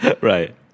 Right